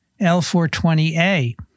L420A